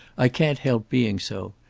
i can't help being so.